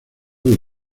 del